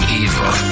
evil